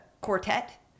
quartet